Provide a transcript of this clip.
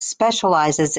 specializes